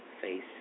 face